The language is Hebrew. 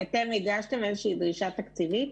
אתם הגשתם איזושהי דרישה תקציבית